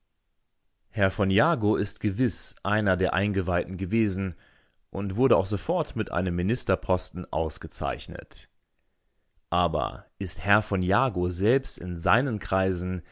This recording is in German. herr v jagow ist gewiß einer der eingeweihten gewesen und wurde auch sofort mit einem ministerposten ausgezeichnet aber ist herr v jagow selbst in seinen kreisen